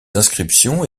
inscriptions